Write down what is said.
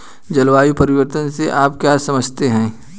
जलवायु परिवर्तन से आप क्या समझते हैं?